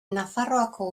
nafarroako